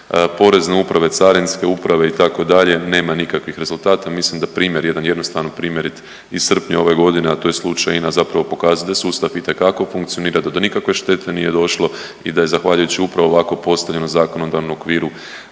Porezne uprave, Carinske uprave itd. nema nikakvih rezultata mislim da primjer, jedan jednostavan primjer je iz srpnja ove godine a to je slučaj INA zapravo je pokazatelj da sustav itekako funkcionira, da do nikakve štete nije došlo i da je zahvaljujući upravo ovako postavljenom zakonodavnom okviru